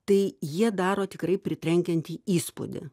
tai jie daro tikrai pritrenkiantį įspūdį